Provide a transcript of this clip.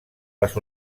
les